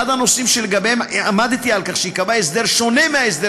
אחד הנושאים שלגביהם עמדתי על כך שייקבע הסדר שונה מההסדר